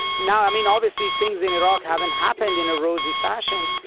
now, i mean, obviously things in iraq haven't happened in a rosy fashion,